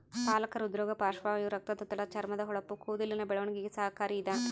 ಪಾಲಕ ಹೃದ್ರೋಗ ಪಾರ್ಶ್ವವಾಯು ರಕ್ತದೊತ್ತಡ ಚರ್ಮದ ಹೊಳಪು ಕೂದಲಿನ ಬೆಳವಣಿಗೆಗೆ ಸಹಕಾರಿ ಇದ